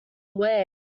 away